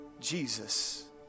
Jesus